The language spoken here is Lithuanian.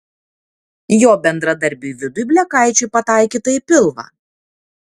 jo bendradarbiui vidui blekaičiui pataikyta į pilvą